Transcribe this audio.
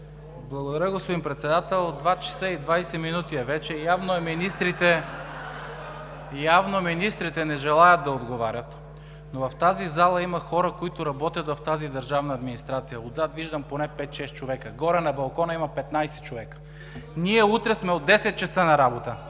Благодаря, господин Председател. Вече е 2,20 ч. (Шум и реплики.) Явно министрите не желаят да отговарят, но в залата има хора, които работят в държавната администрация. Отзад виждам поне 5 – 6 човека, горе, на балкона има 15 човека. Ние утре сме от 10,00 часа на работа,